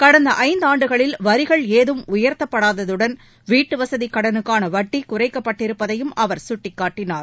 கடந்த ஐந்தான்டுகளில் வரிகள் ஏதும் உயர்த்தப்படாததுடன் வீட்டுவசதி கடனுக்கான வட்டி குறைக்கப்பட்டிருப்பதையும் அவர் சுட்டிக்காட்டினார்